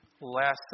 Last